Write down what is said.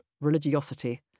religiosity